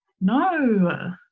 No